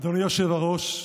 אדוני היושב-ראש,